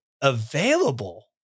available